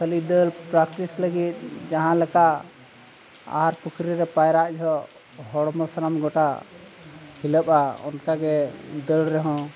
ᱠᱷᱟᱹᱞᱤ ᱫᱟᱹᱲ ᱯᱨᱮᱠᱴᱤᱥ ᱞᱟᱹᱜᱤᱫ ᱡᱟᱦᱟᱸ ᱞᱮᱠᱟ ᱟᱨ ᱯᱩᱠᱷᱨᱤ ᱨᱮ ᱯᱟᱭᱨᱟᱜ ᱡᱚᱡᱷᱚᱱ ᱦᱚᱲᱢᱚ ᱥᱟᱱᱟᱢ ᱜᱚᱴᱟ ᱦᱤᱞᱟᱹᱜᱼᱟ ᱚᱱᱠᱟ ᱜᱮ ᱫᱟᱹᱲ ᱨᱮᱦᱚᱸ